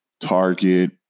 Target